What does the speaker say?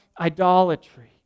idolatry